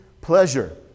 pleasure